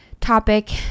topic